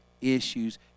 issues